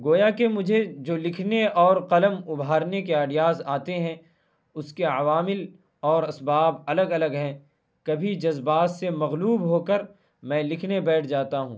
گویا کہ مجھے جو لکھنے اور قلم ابھارنے کے آئیڈیاز آتے ہیں اس کے عوامل اور اسباب الگ الگ ہیں کبھی جذبات سے مغلوب ہو کر میں لکھنے بیٹھ جاتا ہوں